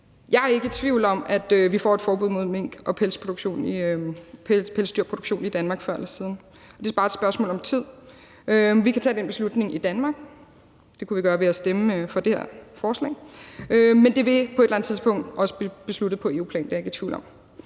Jeg er ikke tvivl om, at vi får et forbud mod mink og pelsdyrproduktion før eller siden; det er bare et spørgsmål om tid. Vi kan tage den beslutning i Danmark – det kunne vi gøre ved at stemme for det her forslag – men det vil på et eller andet tidspunkt også blive besluttet på EU-plan; det er jeg ikke i tvivl om.